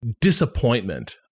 disappointment